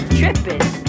tripping